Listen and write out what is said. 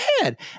ahead